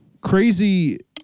crazy